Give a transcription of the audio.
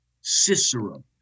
Cicero